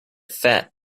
fat